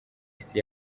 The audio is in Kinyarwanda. isi